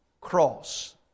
cross